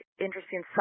interesting